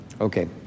Okay